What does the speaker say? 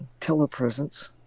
telepresence